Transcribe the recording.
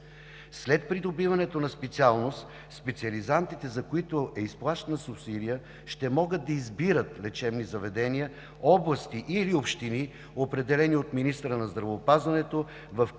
След придобиването на специалност, специализантите, за които е изплащана субсидия, ще могат да избират лечебни заведения, области или общини, определени от министъра на здравеопазването, в които